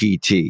pt